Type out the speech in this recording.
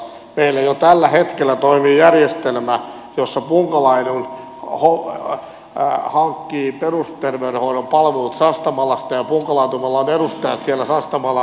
meillä jo tällä hetkellä toimii järjestelmä jossa punkalaidun hankkii perusterveydenhoidon palvelut sastamalasta ja punkalaitumella on edustajat siellä sastamalan lautakunnassa